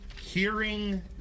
Hearing